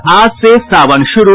और आज से सावन शुरू